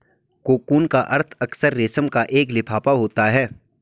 cocoon का अर्थ अक्सर रेशम का एक लिफाफा होता है